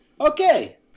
okay